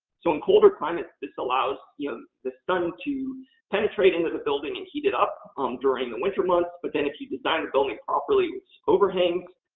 so, in colder climates, this allows the sun to penetrate into the building and heat it up um during the winter months, but then if you design a building properly with its overhang,